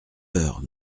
heures